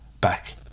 back